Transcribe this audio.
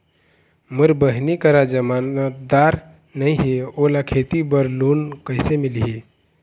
मोर बहिनी करा जमानतदार नई हे, ओला खेती बर लोन कइसे मिलही?